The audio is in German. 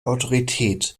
autorität